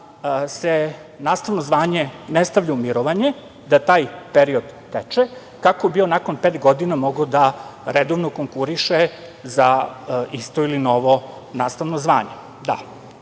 da se nastavno zvanje ne stavlja u mirovanje, da taj period teče, kako bi on nakon pet godina mogao da redovno konkuriše za isto ili novo nastavno zvanje.